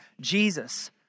Jesus